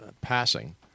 passing